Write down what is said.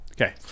Okay